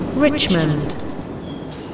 Richmond